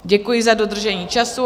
Děkuji za dodržení času.